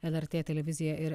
lrt televizija ir